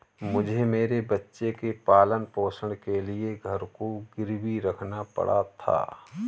मुझे मेरे बच्चे के पालन पोषण के लिए घर को गिरवी रखना पड़ा था